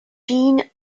gene